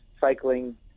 Cycling